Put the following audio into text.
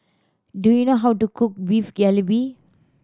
do you know how to cook Beef Galbi